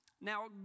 Now